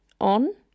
on